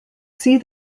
see